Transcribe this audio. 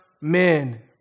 men